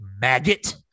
Maggot